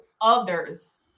others